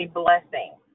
blessing